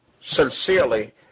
sincerely